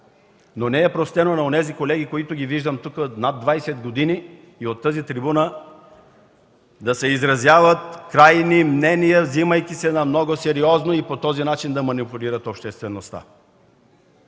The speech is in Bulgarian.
но не е простено на онези колеги, които виждам тук над 20 години, от тази трибуна да изразяват крайни мнения, взимайки се на много сериозно, и по този начин да манипулират обществеността.